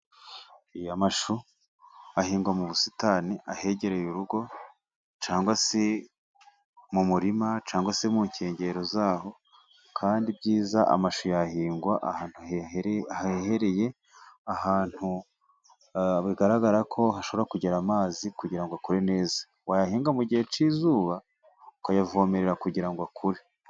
Amashu ahingwa mu busitani ahegereye urugo, cyangwa se mu murima, cyangwa se mu nkengero zaho kandi ibyiza amashu yahingwa ahantu hahereye, ahantu bigaragara ko hashobora kugera amazi kugira ngo akure neza. Wayahinga mu gihe cy'izuba ukayavomerera kugira ngo akure.